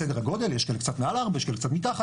סדר גודל, יש כאלה קצת מעל 4, יש כאלה קצת מתחת,